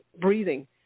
breathing